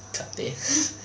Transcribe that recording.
cathay